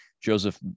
Joseph